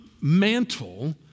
mantle